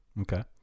Okay